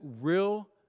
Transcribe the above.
real